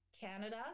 Canada